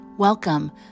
Welcome